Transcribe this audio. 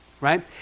right